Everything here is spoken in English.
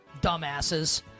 dumbasses